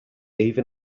even